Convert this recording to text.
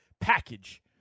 package